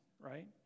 right